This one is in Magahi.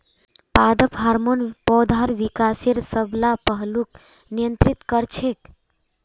पादप हार्मोन पौधार विकासेर सब ला पहलूक नियंत्रित कर छेक